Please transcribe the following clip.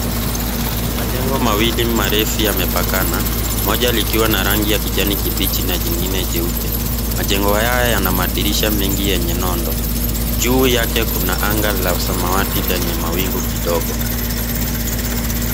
Majengo mawili marefu yamepakana, moja likiwa na rangi ya kijani kibichi na jingine jeupe. Majengo haya yana madirisha mengi yenye nondo. Juu yake kuna anga la samawati lenye mawingu kidogo.